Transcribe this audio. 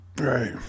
right